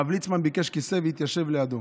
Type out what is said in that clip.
הרב ליצמן ביקש כיסא והתיישב לידו.